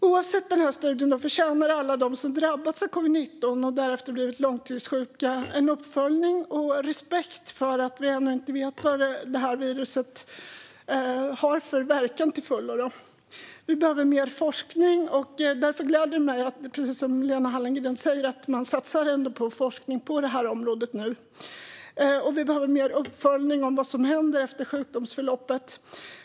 Oavsett denna studie förtjänar alla de som drabbats av covid-19 och därefter blivit långtidssjuka en uppföljning och respekt för att vi ännu inte till fullo vet hur detta virus verkar. Vi behöver mer forskning. Därför gläder det mig att man, precis som Lena Hallengren säger, satsar på forskning på det här området nu. Vi behöver mer uppföljning av vad som händer efter sjukdomsförloppet.